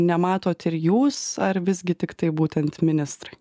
nematot ir jūs ar visgi tiktai būtent ministrai